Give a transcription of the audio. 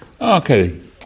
Okay